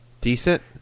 decent